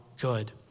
good